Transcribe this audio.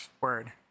Word